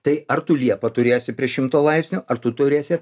tai ar tu liepą turėsi prie šimto laipsnių ar tu turėsi